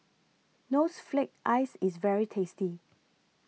knows flake Ice IS very tasty